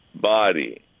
body